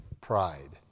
pride